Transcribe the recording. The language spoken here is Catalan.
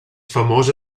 famosa